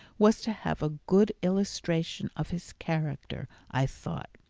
was to have a good illustration of his character, i thought.